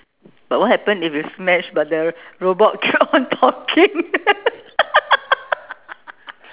but what happen if you smash but the robot keep on talking